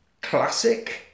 classic